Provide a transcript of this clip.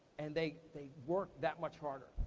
and they they work that much harder.